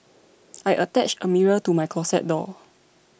I attached a mirror to my closet door